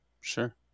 Sure